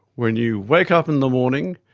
when you wake up in the morning,